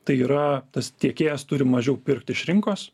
tai yra tas tiekėjas turi mažiau pirkt iš rinkos